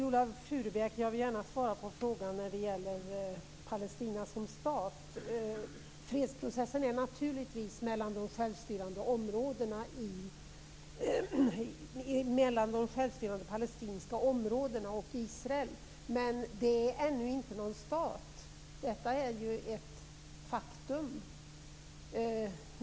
Fru talman! Jag vill gärna svara på Viola Furubjelkes fråga när det gällde Palestina som stat. Fredsprocessen är naturligtvis mellan de självstyrande palestinska områdena och Israel. Men det är ännu inte någon stat. Detta är ett faktum.